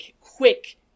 quick